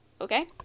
Okay